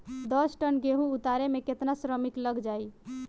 दस टन गेहूं उतारे में केतना श्रमिक लग जाई?